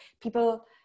people